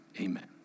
Amen